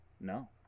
No